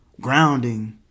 grounding